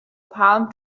palm